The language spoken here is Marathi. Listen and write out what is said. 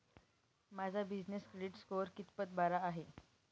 माझा बिजनेस क्रेडिट स्कोअर कितपत बरा आहे?